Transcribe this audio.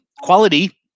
Quality